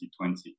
2020